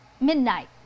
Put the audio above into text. midnight